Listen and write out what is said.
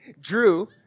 drew